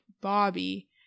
bobby